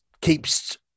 keeps